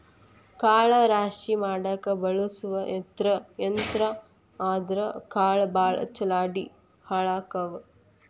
ಕಾಳ ರಾಶಿ ಮಾಡಾಕ ಬಳಸು ಯಂತ್ರಾ ಆದರಾ ಕಾಳ ಭಾಳ ಚಲ್ಲಾಡಿ ಹಾಳಕ್ಕಾವ